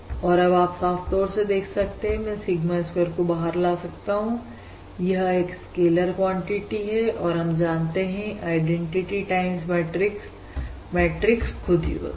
और अब आप साफ तौर से देख सकते हैं मैं सिगमा स्क्वेयर को बाहर ला सकता हूं यह एक स्केलर क्वांटिटी है और हम जानते हैं आइडेंटिटी टाइम्स मैट्रिक्स मैट्रिक्स खुद ही होता है